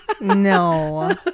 No